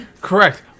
Correct